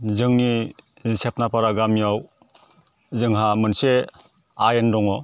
जोंनि सेफनाफारा गामियाव जोंहा मोनसे आयेन दङ